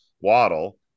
Waddle